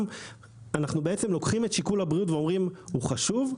אנחנו לוקחים את שיקול הבריאות ואומרים שהוא חשוב,